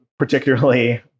particularly